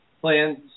plans